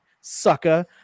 sucker